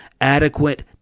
adequate